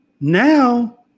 Now